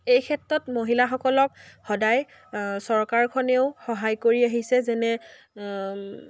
এই ক্ষেত্ৰত মহিলাসকলক সদায় চৰকাৰখনেও সহায় কৰি আহিছে যেনে